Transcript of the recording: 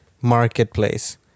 marketplace